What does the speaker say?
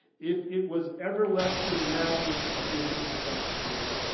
if it was ever less than madness to give into such feeling.